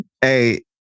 Hey